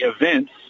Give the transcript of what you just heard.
events